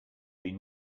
been